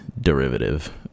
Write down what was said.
derivative